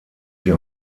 sie